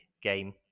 game